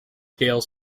scale